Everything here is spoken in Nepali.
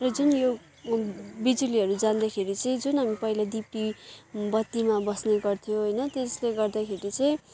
र जुन यो बिजुलीहरू जाँदाखेरि चाहिँ जुन हामीले पहिला धिप्री बत्तीमा बस्ने गर्थ्यौँ होइन त्यसले गर्दाखेरि चाहिँ